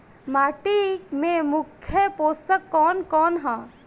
माटी में मुख्य पोषक कवन कवन ह?